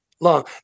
long